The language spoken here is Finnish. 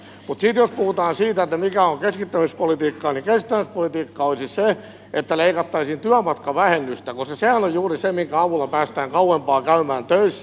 mutta sitten jos puhutaan siitä mikä on keskittämispolitiikkaa niin keskittämispolitiikkaa olisi se että leikattaisiin työmatkavähennystä koska sehän on juuri se minkä avulla päästään kauempaa käymään töissä